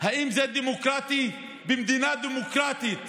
האם זה דמוקרטי במדינה דמוקרטית